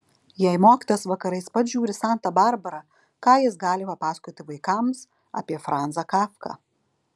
jei mokytojas vakarais pats žiūri santą barbarą ką jis gali papasakoti vaikams apie franzą kafką